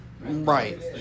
right